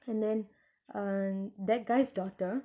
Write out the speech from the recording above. and then um that guy's daughter